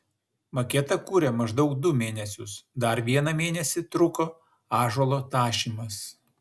maketą kūrė maždaug du mėnesius dar vieną mėnesį truko ąžuolo tašymas